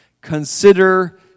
consider